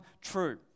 true